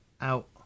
out